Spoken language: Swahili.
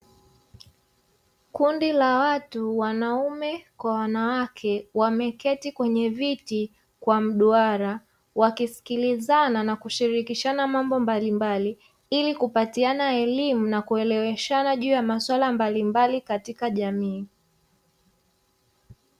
Kundi la watu wanaume kwa wanawake wameketi kwenye viti kwa mduara, wakisikilizana na kushirikiana mambo mbalimbali, ili kupatikana elimu na kueleweshana juu ya maswala mbalimbali katika jamii.